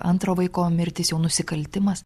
antro vaiko mirtis jau nusikaltimas